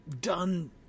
done